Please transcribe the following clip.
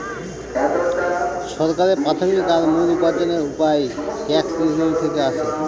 সরকারের প্রাথমিক আর মূল উপার্জনের উপায় ট্যাক্স রেভেনিউ থেকে আসে